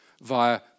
via